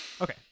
Okay